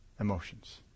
emotions